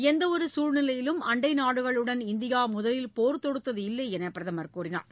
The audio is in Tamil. எந்தவொரு சூழ்நிலையிலும் அண்டை நாடுகளுடன் இந்தியா முதலில் போா் தொடுத்ததில்லை என்றும் பிரதமர் கூறினார்